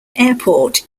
airport